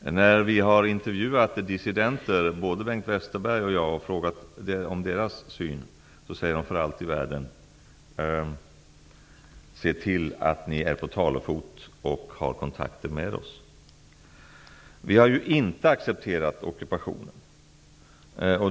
När både Bengt Westerberg och jag har intervjuat dissidenter och frågat efter deras syn på saken har vi fått svaret: Se till att ni är på talefot och har kontakter med vårt land. Vi har inte accepterat ockupationen.